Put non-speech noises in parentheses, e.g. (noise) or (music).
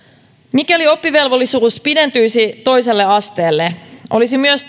mikäli oppivelvollisuus pidentyisi toiselle asteelle olisi myös (unintelligible)